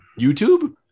YouTube